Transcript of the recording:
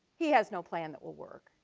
he has no plan that will work.